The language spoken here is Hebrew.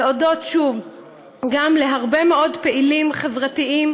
להודות שוב גם להרבה מאוד פעילים חברתיים